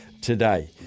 today